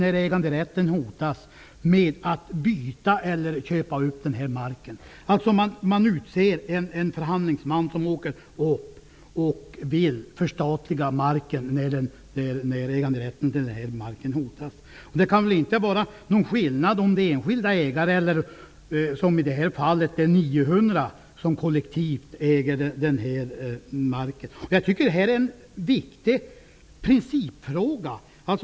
När äganderätten hotas rusar regeringen själv till genom att utse en förhandlingsman som talar om att byta eller köpa in marken i fråga. Det kan väl inte vara någon skillnad mellan lägen där enbart enskilda ägare berörs och lägen där, som i detta fall, 900 personer kollektivt äger marken. Detta är en viktig principfråga.